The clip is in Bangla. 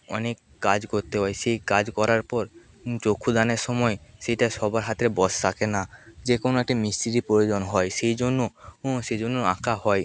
অনেক কাজ করতে হয় সেই কাজ করার পর চক্ষুদানের সময় সেইটা সবার হাতের বশ থাকে না যে কোনও একটি মিস্ত্রি প্রয়োজন হয় সেই জন্য সেই জন্য আঁকা হয়